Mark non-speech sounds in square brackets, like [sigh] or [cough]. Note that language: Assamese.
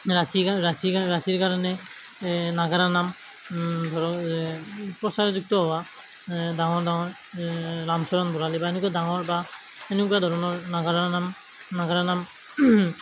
ৰাতি [unintelligible] ৰাতি [unintelligible] ৰাতিৰ কাৰণে নাগাৰা নাম ধৰক প্ৰচাৰযুক্ত হোৱা ডাঙৰ ডাঙৰ ৰামচৰণ ভৰালী বা এনেকুৱা ডাঙৰ বা এনেকুৱা ধৰণৰ নাগাৰা নাম নাগাৰা নাম